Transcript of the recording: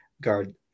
guard